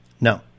No